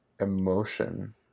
emotion